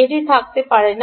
এটিতে থাকতে পারে না